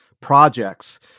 projects